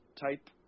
type